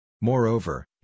Moreover